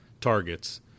targets